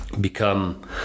become